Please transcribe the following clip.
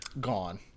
Gone